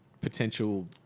potential